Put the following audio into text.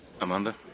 Amanda